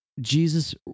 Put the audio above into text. Jesus